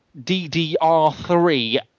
DDR3